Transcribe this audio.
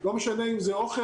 לא משנה אם זה אוכל,